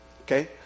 Okay